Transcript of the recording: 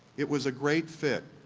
it was a great fit.